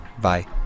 bye